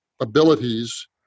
abilities